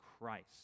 Christ